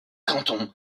cantons